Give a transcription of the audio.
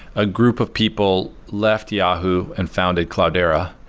a group of people left yahoo and founded cloudera,